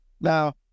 Now